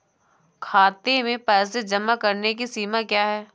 खाते में पैसे जमा करने की सीमा क्या है?